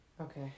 Okay